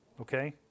Okay